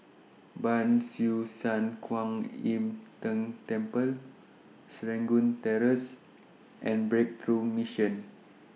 Ban Siew San Kuan Im Tng Temple Serangoon Terrace and Breakthrough Mission